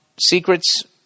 secrets